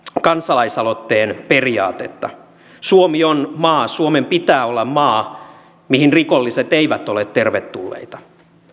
kansalaisaloitteen periaatetta suomi on maa suomen pitää olla maa mihin rikolliset eivät ole tervetulleita